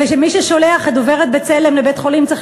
ומי ששולח את דוברת "בצלם" לבית-חולים צריך